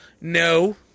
No